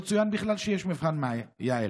לא צוין בכלל שיש מבחן יע"ל.